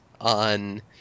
on